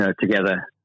Together